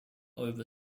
over